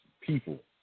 people